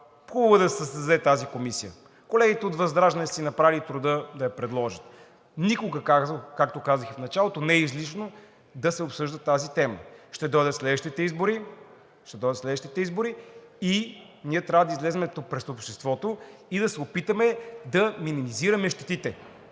– хубаво е да се създаде тази комисия. Колегите от ВЪЗРАЖДАНЕ са си направили труда да я предложат. Никога, както казах и в началото, не е излишно да се обсъжда тази тема. Ще дойдат следващите избори и ние трябва да излезем пред обществото и да се опитаме да минимизираме щетите.